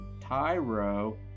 Tyro